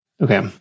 okay